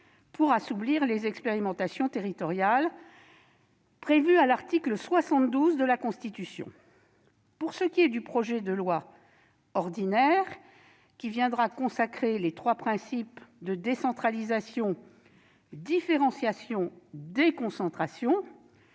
pour assouplir les expérimentations territoriales prévues à l'article 72 de la Constitution. S'agissant du projet de loi ordinaire, il viendra consacrer les trois principes de décentralisation, de différenciation et de déconcentration-